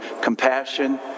compassion